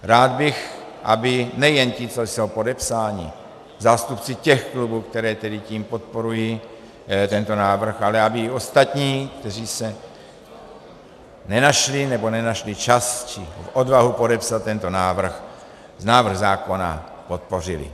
Rád bych, aby nejen ti, co jsou podepsáni, zástupci těch klubů, které tedy tím podporují tento návrh, ale aby i ostatní, kteří se nenašli, nebo nenašli čas či odvahu podepsat tento návrh, návrh zákona podpořili.